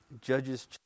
Judges